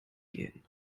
gehen